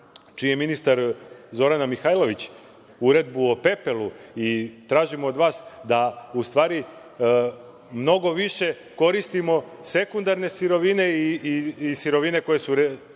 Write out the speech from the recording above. čiji je ministar Zorana Mihajlović, Uredbu o pepelu, i tražimo od vas da, u stvari mnogo više koristimo sekundarne sirovine i sirovine koje mogu